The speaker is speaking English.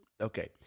Okay